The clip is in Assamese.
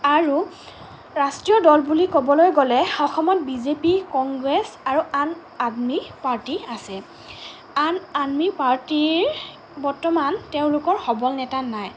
আৰু ৰাষ্ট্ৰীয় দল বুলি ক'বলৈ গ'লে অসমত বি জে পি কংগ্ৰেছ আৰু আম আদমি পাৰ্টি আছে আম আদমি পাৰ্টিৰ বৰ্তমান তেওঁলোকৰ সবল নেতা নাই